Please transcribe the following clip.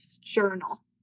journal